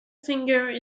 finger